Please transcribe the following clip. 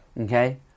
okay